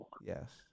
Yes